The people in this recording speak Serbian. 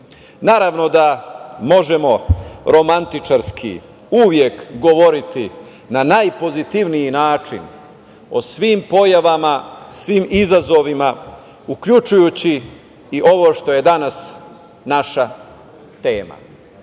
značaju. Naravno da možemo romantičarski uvek govoriti na najpozitivniji način o svim pojavama, svim izazovima, uključujući i ovo što je danas naša tema